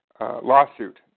lawsuit